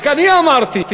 רק אמרתי,